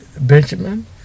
Benjamin